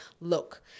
look